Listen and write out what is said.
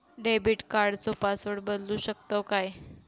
Debit कार्डचो password बदलु शकतव काय?